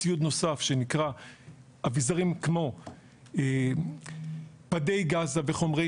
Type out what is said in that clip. ציוד נוסף של אביזרים כמו פדי גזה וחומרי